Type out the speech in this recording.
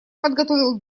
подготовил